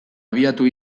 abiatu